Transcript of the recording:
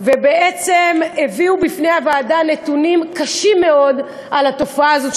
ובעצם הביאו בפני הוועדה נתונים קשים מאוד על התופעה הזאת,